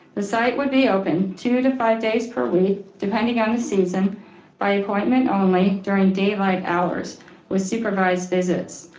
the site would be open two to five days per week, depending on the season by appointment only during daylight hours with supervised visits.